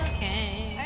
okay.